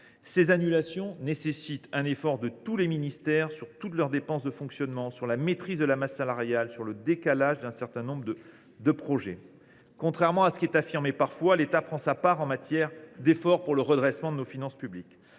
Ces annulations nécessitent un effort de tous les ministères sur l’ensemble de leurs dépenses de fonctionnement, sur la maîtrise de la masse salariale, sur le décalage d’un certain nombre de projets. Contrairement à ce qui est parfois affirmé, l’État prend sa part dans les efforts consentis pour le redressement de nos finances publiques.